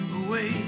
away